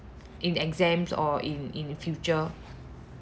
in exams or in in the future